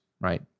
right